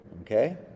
Okay